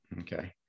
Okay